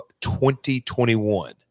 2021